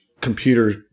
computer